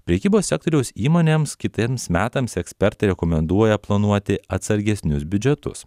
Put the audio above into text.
prekybos sektoriaus įmonėms kitiems metams ekspertai rekomenduoja planuoti atsargesnius biudžetus